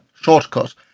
Shortcut